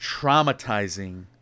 traumatizing